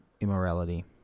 immorality